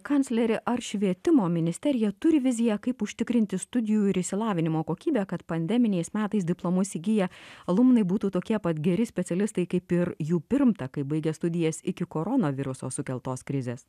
kancleri ar švietimo ministerija turi viziją kaip užtikrinti studijų ir išsilavinimo kokybę kad pandeminiais metais diplomus įgiję alumnai būtų tokie pat geri specialistai kaip ir jų pirmtakai baigę studijas iki koronaviruso sukeltos krizės